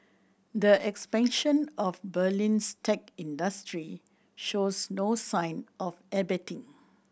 the expansion of Berlin's tech industry shows no sign of abating